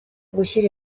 gushyira